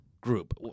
group